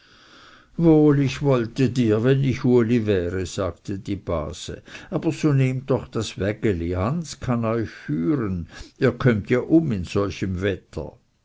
wohl ich wollte dir wenn ich uli wäre sagte die base aber so nehmt doch das wägeli hans kann euch führen ihr kommt ja um in solchem wetter